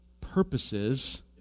purposes